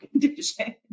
condition